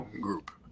group